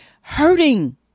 hurting